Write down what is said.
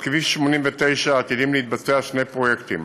על כביש 89 עתידים להתבצע שני פרויקטים: